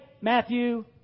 Matthew